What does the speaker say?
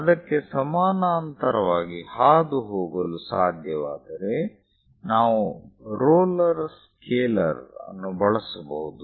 ಅದಕ್ಕೆ ಸಮಾನಾಂತರವಾಗಿ ಹಾದುಹೋಗಲು ಸಾಧ್ಯವಾದರೆ ನಾವು ರೋಲರ್ ಸ್ಕೇಲರ್ ಅನ್ನು ಬಳಸಬಹುದು